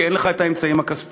כי אין לך האמצעים הכספיים,